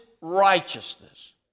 righteousness